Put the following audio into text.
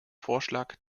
vorschlag